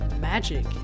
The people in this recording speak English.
magic